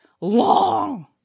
long